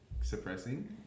suppressing